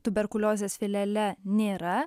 tuberkuliozės filiale nėra